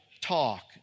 talk